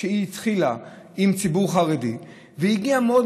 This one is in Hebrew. התחילה עם ציבור חרדי והגיעה מהר מאוד